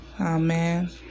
Amen